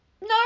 No